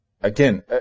again